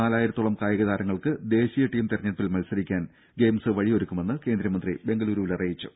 നാലായിരത്തോളം കായിക താരങ്ങൾക്ക് ദേശീയ ടീം തെരഞ്ഞെടുപ്പിൽ മത്സരിക്കാൻ ഗെയിംസ് വഴിയൊരുക്കുമെന്ന് കേന്ദ്രമന്ത്രി ബെങ്കലൂരുവിൽ അറിയിച്ചു